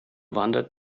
wandert